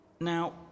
Now